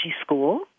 school